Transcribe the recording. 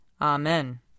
Amen